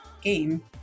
game